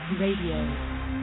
Radio